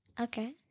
Okay